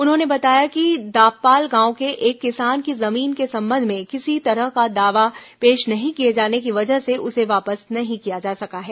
उन्होंने बताया कि दाबपाल गांव के एक किसान की जमीन के संबंध में किसी तरह का दावा पेश नहीं किए जाने की वजह से उसे वापस नहीं किया जा सका है